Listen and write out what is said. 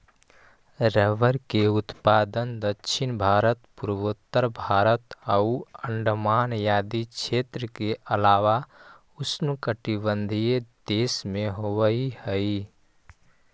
rubber के उत्पादन दक्षिण भारत, पूर्वोत्तर भारत आउ अण्डमान आदि क्षेत्र के अलावा उष्णकटिबंधीय देश में होवऽ हइ